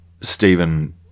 Stephen